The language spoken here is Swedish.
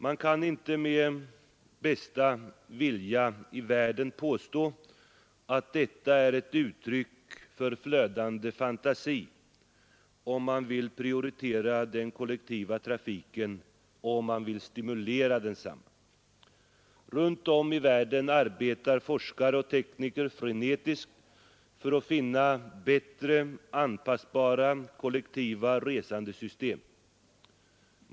Vi kan inte med bästa vilja i världen påstå att detta är ett uttryck för flödande fantasi, om man vill prioritera den kollektiva trafiken och om man vill stimulera densamma. Runt om i världen arbetar forskare och tekniker frenetiskt för att finna bättre anpassbara kollektiva resandesystem.